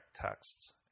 texts